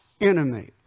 enemy